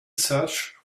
search